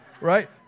Right